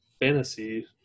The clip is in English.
fantasy